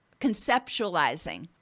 conceptualizing